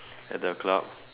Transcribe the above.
at the club